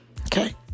Okay